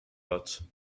rot